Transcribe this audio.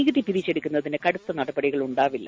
നികുതി പിരിച്ചെടുക്കുന്നതിന് കടുത്ത നടപടികൾ ഉണ്ടാവില്ല